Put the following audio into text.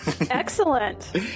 Excellent